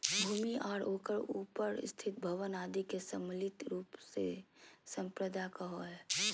भूमि आर ओकर उपर स्थित भवन आदि के सम्मिलित रूप से सम्पदा कहो हइ